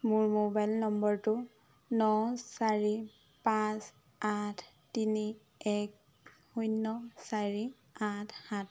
মোৰ মোবাইল নম্বৰটো ন চাৰি পাঁচ আঠ তিনি এক শূন্য চাৰি আঠ সাত